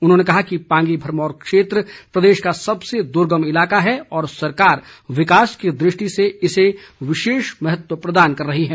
उन्होंने कहा कि पांगी भरमौर क्षेत्र प्रदेश का सबसे दुर्गम इलाका है और सरकार विकास की दृष्टि से इसे विशेष महत्व प्रदान कर रही है